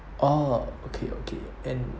orh okay okay and